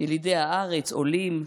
ילידי הארץ, עולים,